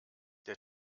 der